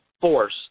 force